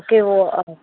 okay ఓ